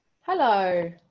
Hello